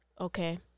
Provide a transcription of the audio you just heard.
Okay